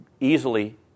easily